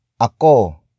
Ako